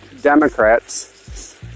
Democrats